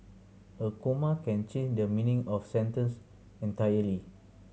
a comma can change the meaning of sentence entirely